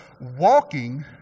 walking